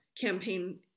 campaign